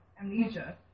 amnesia